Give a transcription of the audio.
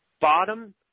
bottom